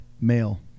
Male